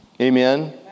Amen